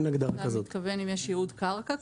אתה מתכוון לשאול אם יש ייעוד קרקע כזה?